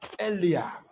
earlier